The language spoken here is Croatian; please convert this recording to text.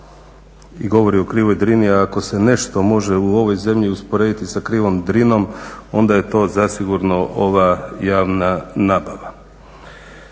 i govori o krivoj Drini, ako se nešto može u ovoj zemlji usporediti sa krivom Drinom onda je to zasigurno ova javna nabava.